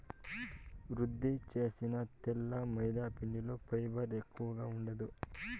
శుద్ది చేసిన తెల్ల మైదాపిండిలో ఫైబర్ ఎక్కువగా ఉండదు